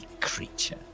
creature